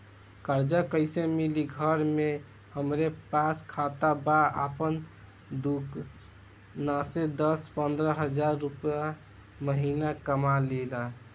कर्जा कैसे मिली घर में हमरे पास खाता बा आपन दुकानसे दस पंद्रह हज़ार रुपया महीना कमा लीला?